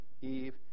Eve